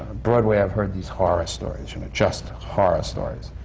broadway, i've heard these horror stories. you know, just horror stories.